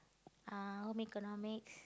ah home-economics